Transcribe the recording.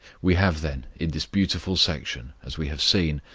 we have, then, in this beautiful section, as we have seen,